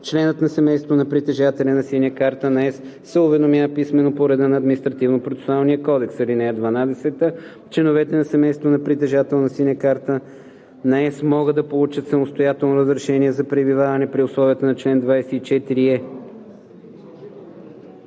членът на семейството на притежателя на „Синя карта на ЕС“ се уведомява писмено по реда на Административнопроцесуалния кодекс. (12) Членовете на семейството на притежател на „Синя карта на ЕС“ могат да получат самостоятелно разрешение за продължително пребиваване при условията на чл. 24е,